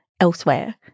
elsewhere